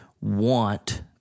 want